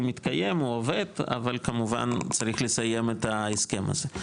הוא מתקיים הוא עובד אבל כמובן צריך לסיים את ההסכם הזה.